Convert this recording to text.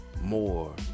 more